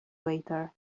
waiter